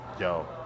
yo